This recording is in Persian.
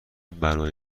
برای